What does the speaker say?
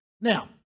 now